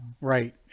Right